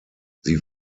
sie